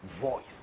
voice